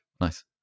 Nice